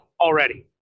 already